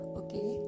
okay